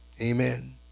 Amen